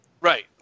Right